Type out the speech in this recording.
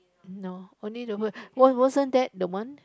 no only the wasn't that the one